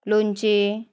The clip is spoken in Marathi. लोणचे